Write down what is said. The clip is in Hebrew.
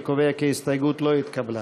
אני קובע כי ההסתייגות לא התקבלה.